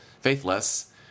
faithless